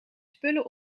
spullen